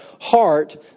heart